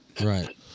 Right